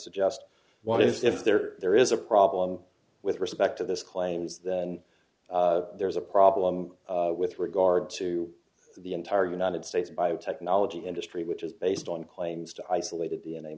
suggest what if there there is a problem with respect to this claims then there's a problem with regard to the entire united states biotechnology industry which is based on claims to isolate